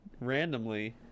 randomly